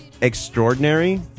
extraordinary